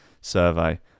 Survey